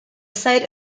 site